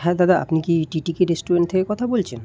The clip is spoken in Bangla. হ্যাঁ দাদা আপনি কি টিটিকে রেস্টুরেন্ট থেকে কথা বলছেন